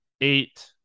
eight